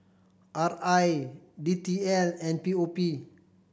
R I D T L and P O P